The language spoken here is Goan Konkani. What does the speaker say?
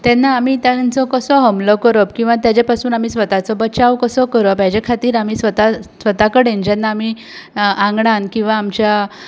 तेन्ना आमी तांचो कसो हमलो करप किंवां तेंचे पासून आमी स्वताचो बचाव कसो करप हेचे खातीर आमी स्वता कडेन जेन्ना आमी आंगणांत किंवां आमच्या